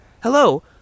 Hello